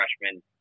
freshman